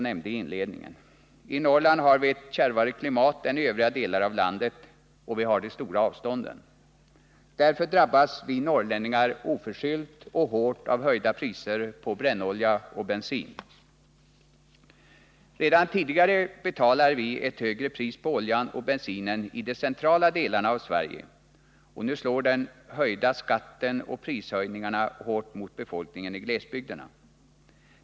I Norrland är klimatet kärvare än i övriga delar av landet, och där finns de stora avstånden. Därför drabbas vi norrlänningar oförskyllt och hårt av höjda priser på brännolja och bensin. Redan tidigare betalar vi ett högre pris på olja och bensin än man gör i de centrala delarna av Sverige. Nu slår den höjda skatten och prishöjningarna hårt mot befolkningen i glesbygderna.